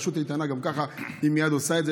רשות איתנה גם ככה מייד עושה את זה,